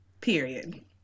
Period